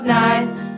nights